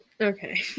Okay